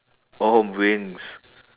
oh wings